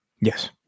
Yes